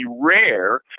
rare